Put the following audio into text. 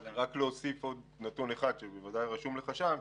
רק אוסיף עוד נתון אחד, שבוודאי רשום לך שם,